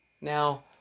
Now